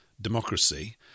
democracy